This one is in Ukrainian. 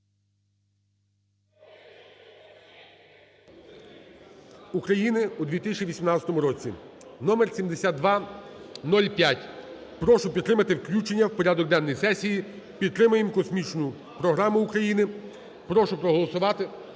України у 2018 році, номер 7205. Прошу підтримати включення у порядок денний сесії. Підтримаємо космічну програму України. Прошу проголосувати,